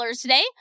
today